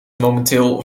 momenteel